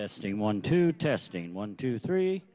testing one two testing one two three